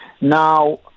Now